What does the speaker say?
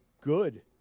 good